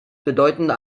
bedeutende